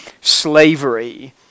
slavery